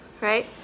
right